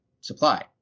supply